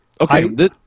Okay